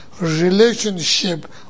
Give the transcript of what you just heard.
relationship